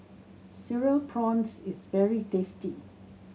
Cereal Prawns is very tasty